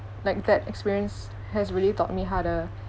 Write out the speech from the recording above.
like that experience has really taught me how to